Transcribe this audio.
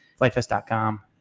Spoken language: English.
Flightfest.com